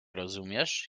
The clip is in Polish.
rozumiesz